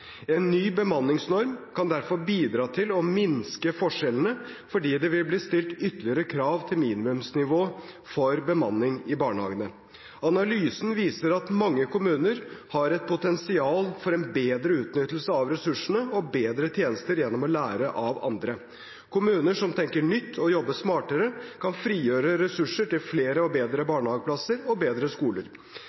En ny bemanningsnorm kan derfor bidra til å minske forskjellene, fordi det vil bli stilt tydeligere krav til minimumsnivå for bemanning i barnehagene. Analysen viser at mange kommuner har et potensial for en bedre utnyttelse av ressursene og bedre tjenester gjennom å lære av andre. Kommuner som tenker nytt og jobber smartere, kan frigjøre ressurser til flere og bedre barnehageplasser og bedre skoler.